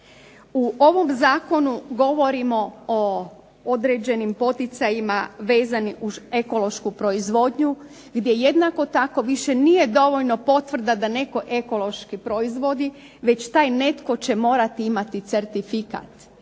U ovom zakonu govorimo o određenim poticajima vezanim uz ekološku proizvodnju gdje jednako tako više nije dovoljno potvrda da netko ekološki proizvodi, već taj netko će morati imati certifikat.